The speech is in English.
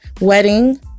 wedding